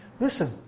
listen